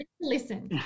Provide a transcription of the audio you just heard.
Listen